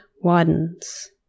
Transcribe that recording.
widens